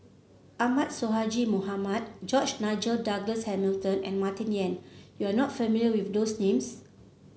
Ahmad Sonhadji Mohamad George Nigel Douglas Hamilton and Martin Yan You are not familiar with those names